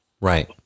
Right